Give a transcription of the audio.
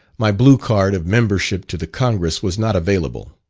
my blue card of membership to the congress was not available.